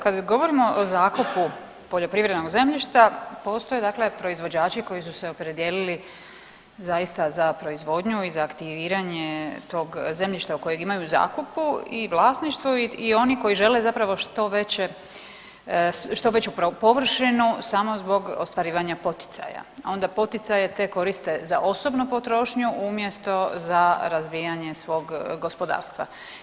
Kada govorimo o zakupu poljoprivrednog zemljišta postoje proizvođači koji su se opredijelili zaista za proizvodnju i za aktiviranje tog zemljišta kojeg imaju u zakupu i vlasništvu i oni koji žele zapravo što veću površinu samo zbog ostvarivanja poticaja, a onda poticaje te koriste za osobnu potrošnju umjesto za razvijanje svog gospodarstva.